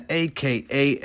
aka